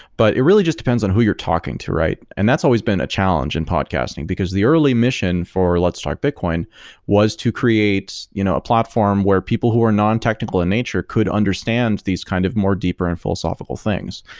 but it really just depends on who you're talking to, and that's always been a challenge in podcasting, because the early mission for let's start bitcoin was to create in you know a platform where people who are non-technical in nature could understand these kind of more deeper and philosophical things,